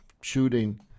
shooting